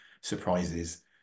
surprises